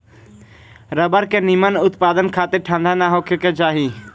rubber के निमन उत्पदान खातिर ठंडा ना होखे के चाही